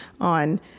on